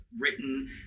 written